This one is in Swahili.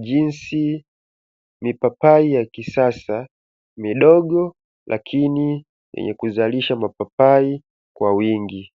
jinsi mipapai ya kisasa midogo lakini yenye kuzalisha mapapai kwa wingi.